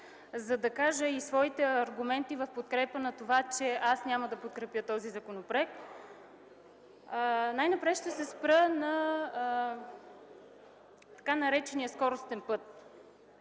за да кажа своите аргументи в подкрепа на това, че няма да подкрепя този законопроект. Най-напред ще се спра на така наречения скоростен път.